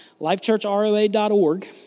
lifechurchroa.org